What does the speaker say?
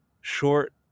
short